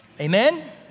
Amen